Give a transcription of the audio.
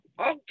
Okay